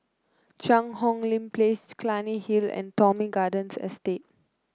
Cheang Hong Lim Place Clunny Hill and Thomson Garden Estate